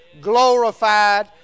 glorified